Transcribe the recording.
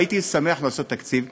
הייתי שמח לעשות תקציב חד-שנתי.